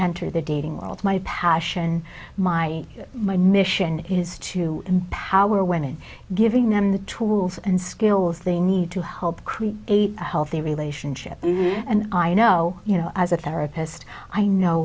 reenter the dating world my passion my my mission is to power women giving them the tools and skills they need to help create a healthy relationship and i know you know as a therapist i know